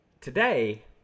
today